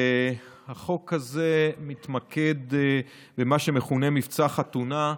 החוק הזה מתמקד במה שמכונה "מבצע חתונה",